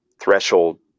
threshold